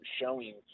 showing